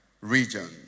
region